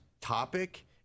topic